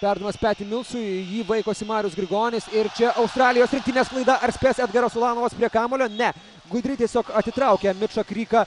perdavimas peti milsui jį vaikosi marius grigonis ir australijos rinktinės klaida ar spės edgaras ulanovas prie kamuolio ne gudriai tiesiog atitraukia mičą kryką